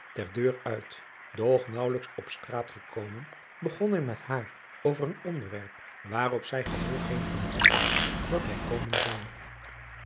deur uit och naauwelijks op straat gekomen be driaan oosjes zn et leven van illegonda uisman gon hij met haar over een onderwerp waarop zij geheel geen vermoeden had dat hij komen zou